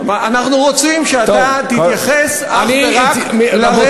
אנחנו רוצים שאתה תתייחס אך ורק לרגע